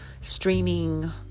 streaming